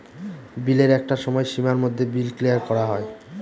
বিলের একটা সময় সীমার মধ্যে বিল ক্লিয়ার করা হয়